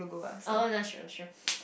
oh not sure unsure